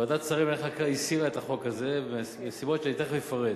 ועדת שרים לחקיקה הסירה את החוק הזה מהסיבות שתיכף אפרט.